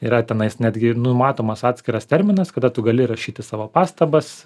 yra tenais netgi numatomas atskiras terminas kada tu gali rašyti savo pastabas